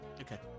Okay